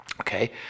Okay